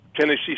Tennessee